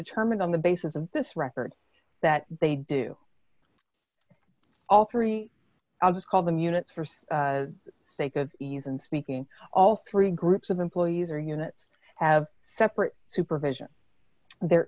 determined on the basis of this record that they do all three i'll just call them units for the sake of ease and speaking all three groups of employees or units have separate supervision there